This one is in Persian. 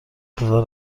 بزار